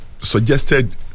suggested